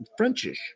Frenchish